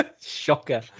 Shocker